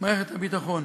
מערכת הביטחון.